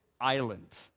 island